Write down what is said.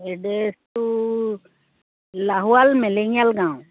এড্ৰেছটো লাহোৱাল মেলেঙীয়াল গাঁও